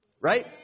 Right